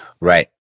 Right